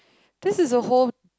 this is a whole